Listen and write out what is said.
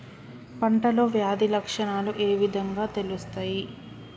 పంటలో వ్యాధి లక్షణాలు ఏ విధంగా తెలుస్తయి?